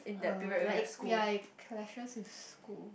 uh like ya it clashes with school